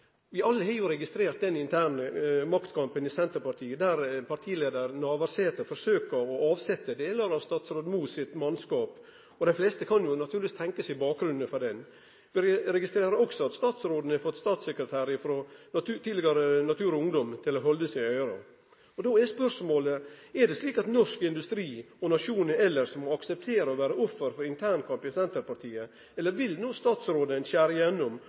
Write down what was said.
har alle registrert den interne maktkampen i Senterpartiet, der partileiar Navarsete forsøkjer å avsetje delar av statsråd Borten Moe sitt mannskap. Dei fleste kan naturlegvis tenkje seg bakgrunnen for det, for eg registrerer at statsråden har fått statssekretær som tidlegare var i Natur og Ungdom, til å halde seg i øyra. Då er spørsmålet: Er det slik at norsk industri – og nasjonen elles – må akseptere å vere offer for internkamp i Senterpartiet, eller vil no statsråden skjere igjennom og avslutte denne prosessen ein